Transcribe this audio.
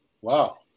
Wow